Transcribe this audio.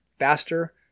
faster